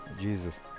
Jesus